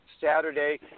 Saturday